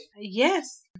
Yes